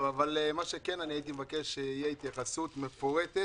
אבל מה שכן, אני הייתי מבקש שתהיה התייחסות מפורטת